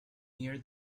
hear